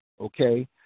okay